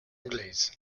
anglaises